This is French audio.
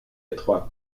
étroite